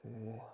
ते